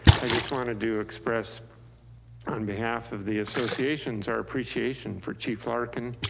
i just wanna do express on behalf of the associations, our appreciation for chief larkin,